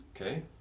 Okay